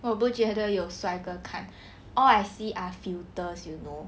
我不觉得有帅哥看 all I see are filters you know